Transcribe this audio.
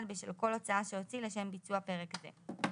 בשל כל הוצאה שהוציא לשם ביצוע פרק זה.